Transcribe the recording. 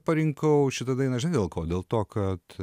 parinkau šitą dainą žinai dėl ko dėl to kad